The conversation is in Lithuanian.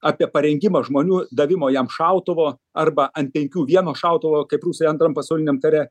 apie parengimą žmonių davimo jam šautuvo arba ant penkių vieno šautuvo kaip rusai antram pasauliniam kare